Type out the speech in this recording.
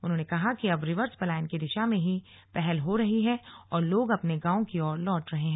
उन्होंने कहा कि अब रिवर्स पलायन की दिशा में भी पहल हो रही है और लोग अपने गांवों की ओर लौट रहे हैं